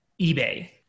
eBay